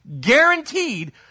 Guaranteed